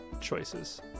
Choices